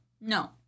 no